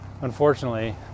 unfortunately